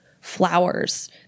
flowers